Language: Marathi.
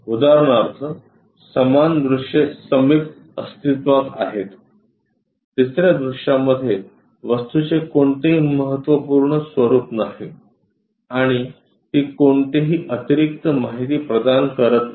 उदाहरणार्थ समान दृश्ये समीप अस्तित्त्वात आहेत तिसर्या दृश्यामध्ये वस्तूचे कोणतेही महत्त्वपूर्ण स्वरूप नाही आणि ती कोणतीही अतिरिक्त माहिती प्रदान करत नाही